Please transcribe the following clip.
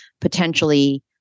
potentially